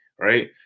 Right